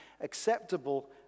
acceptable